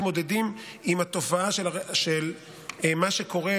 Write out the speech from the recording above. איך מתמודדים עם התופעה של מה שקורה,